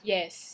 Yes